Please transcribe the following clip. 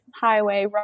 highway